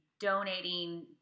donating